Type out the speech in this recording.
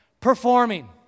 performing